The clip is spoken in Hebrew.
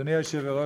גברתי היושבת-ראש,